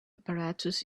apparatus